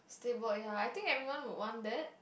stable ya I think everyone would want that